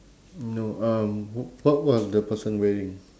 no um w~ what was the person wearing